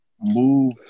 move